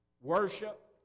worship